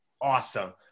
awesome